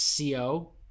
CO